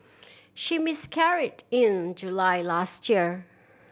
she miscarried in July last year